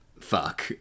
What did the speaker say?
fuck